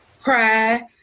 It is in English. cry